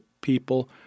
people